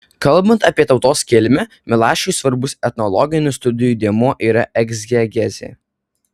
kalbant apie tautos kilmę milašiui svarbus etnologinių studijų dėmuo yra egzegezė